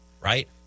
right